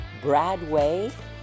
Bradway